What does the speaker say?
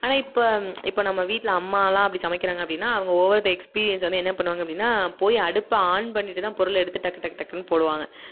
ஆனால் இப்போ இப்போ நம்ம வீட்டில் அம்மாலாம் அப்படி சமைக்கிறாங்க அப்படின்னா அவங்க ஓவர் எக்ஸ்பீரியன்ஸ் வந்து என்ன பண்ணுவாங்க அப்படின்னா போய் அடுப்பை ஆன் பண்ணிவிட்டுதான் பொருளை எடுத்து டக்கு டக்கு டக்குன்னு போடுவாங்க